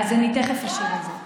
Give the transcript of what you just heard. אז אני תכף אשיב על זה.